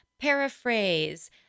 paraphrase